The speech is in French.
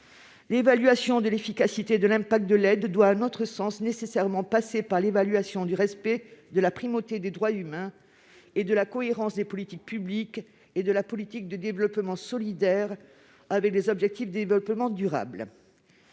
L'évaluation de l'efficacité de l'impact de l'aide doit, selon nous, nécessairement passer par l'évaluation du respect de la primauté des droits de l'homme, ainsi que de la cohérence des politiques publiques et de la politique de développement solidaire avec les ODD. Mes chers collègues, j'ai